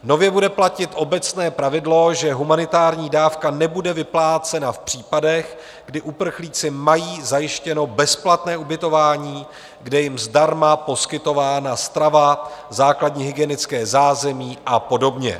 Nově bude platit obecné pravidlo, že humanitární dávka nebude vyplácena v případech, kdy uprchlíci mají zajištěno bezplatné ubytování, kde je jim zdarma poskytována strava, základní hygienické zázemí a podobně.